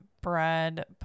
bread